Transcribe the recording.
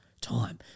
time